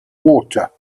water